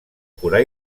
curar